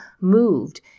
moved